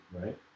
right